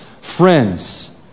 Friends